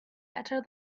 better